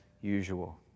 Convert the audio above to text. usual